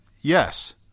yes